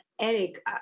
Eric